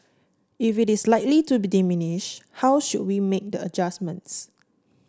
if it is likely to diminish how should we make the adjustments